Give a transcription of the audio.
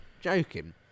joking